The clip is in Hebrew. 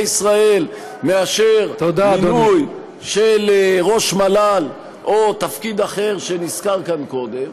ישראל מאשר מינוי של ראש מל"ל או תפקיד אחר שנזכר כאן קודם,